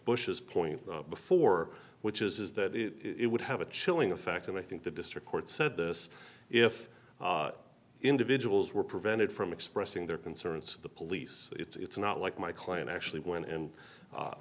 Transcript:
bush's point before which is that it would have a chilling effect and i think the district court said this if individuals were prevented from expressing their concerns to the police it's not like my client actually went and